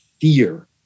fear